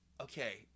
Okay